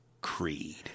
Creed